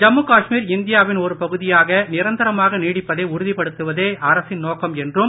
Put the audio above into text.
ஜம்மு காஷ்மீர் இந்தியாவின் ஒரு பகுதியாக நிரந்தரமாக நீடிப்பதை உறுதிப்படுத்துவதே அரசின் நோக்கம் என்றும்